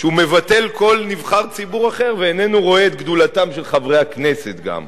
שהוא מבטל כל נבחר ציבור אחר ואיננו רואה את גדולתם של חברי הכנסת גם.